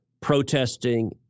protesting